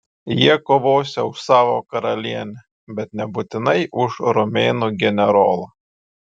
jie kovosią už savo karalienę bet nebūtinai už romėnų generolą